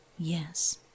Yes